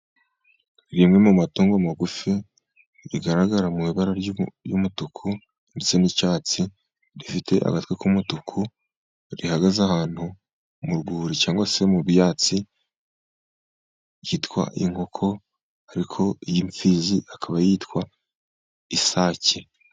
Rimwe mu matungo magufi rigaragara mu ibara ry'umutuku ndetse n'icyatsi, rifite agatwe k'umutuku, rihagaze ahantu mu rwuri cyangwa se mu byatsi. Ryitwa inkoko. Ariko iyi mfizi ikaba yitwa isake.